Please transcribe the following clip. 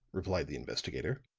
replied the investigator.